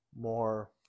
more